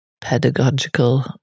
pedagogical